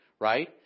right